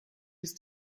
ist